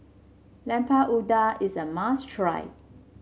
Lemper Udang is a must try